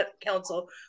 Council